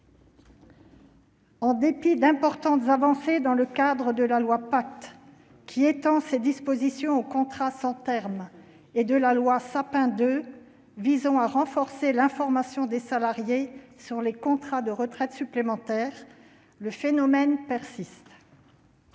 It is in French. En dépit d'importantes avancées permises par la loi Pacte, qui étend ces dispositions aux contrats sans terme, et par la loi Sapin II, visant à renforcer l'information des salariés sur les contrats de retraite supplémentaire, le phénomène de